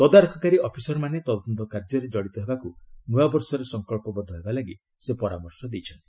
ତଦାରଖକାରୀ ଅଫିସରମାନେ ତଦନ୍ତ କାର୍ଯ୍ୟରେ କଡ଼ିତ ହେବାକୁ ନୂଆବର୍ଷରେ ସଂକଳ୍ପବଦ୍ଧ ହେବା ଲାଗି ସେ ପରାମର୍ଶ ଦେଇଛନ୍ତି